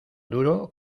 duro